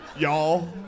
Y'all